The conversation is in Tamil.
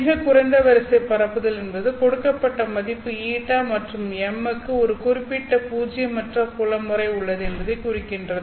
மிகக் குறைந்த வரிசை பரப்புதல் என்பது கொடுக்கப்பட்ட மதிப்பு η மற்றும் m க்கு ஒரு குறிப்பிட்ட பூஜ்ஜியமற்ற புல முறை உள்ளது என்பதைக் குறிக்கின்றது